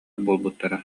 буолбуттара